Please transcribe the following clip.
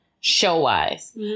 show-wise